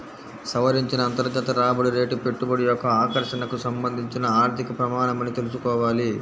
సవరించిన అంతర్గత రాబడి రేటు పెట్టుబడి యొక్క ఆకర్షణకు సంబంధించిన ఆర్థిక ప్రమాణమని తెల్సుకోవాలి